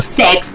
sex